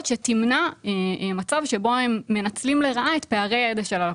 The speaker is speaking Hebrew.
שתמנע מצב שבו הם מנצלים לרעה את פערי הידע של הלקוחות.